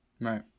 Right